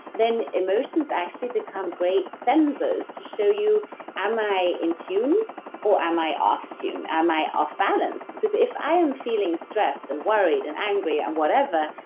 then emotions actually become great sensors to show you am i in tune or am i off tune? am i off balance? if i am feeling stressed and worried and angry and whatever,